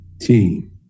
team